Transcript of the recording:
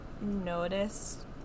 noticed